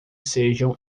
sejam